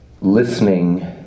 listening